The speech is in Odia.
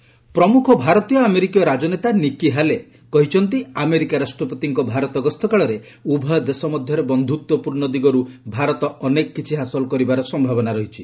ହାଲେ ଟ୍ରମ୍ପ୍ ପ୍ରମ୍ରଖ ଭାରତୀୟ ଆମେରିକୀୟ ରାଜନେତା ନିକି ହାଲେ କହିଛନ୍ତି ଆମେରିକା ରାଷ୍ଟପତିଙ୍କ ଭାରତ ଗସ୍ତ କାଳରେ ଉଭୟ ଦେଶ ମଧ୍ୟରେ ବନ୍ଧ୍ରତ୍ୱପୂର୍ଣ୍ଣ ଦିଗର୍ ଭାରତ ଅନେକ କିଛି ହାସଲ କରିବାର ସମ୍ଭାବନା ରହିଛି